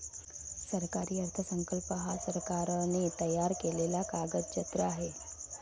सरकारी अर्थसंकल्प हा सरकारने तयार केलेला कागदजत्र आहे